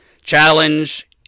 challenge